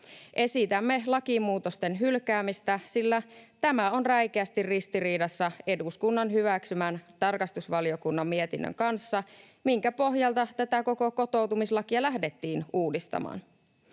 Esitämme lakimuutosten hylkäämistä, sillä tämä on räikeästi ristiriidassa eduskunnan hyväksymän tarkastusvaliokunnan mietinnön kanssa, jonka pohjalta tätä koko kotoutumislakia lähdettiin uudistamaan.